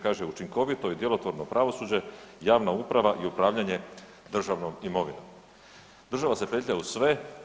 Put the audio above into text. Kaže: „Učinkovito i djelotvorno pravosuđe, javna uprava i upravljanje državnom imovinom.“ Država se petlja u sve.